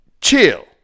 Chill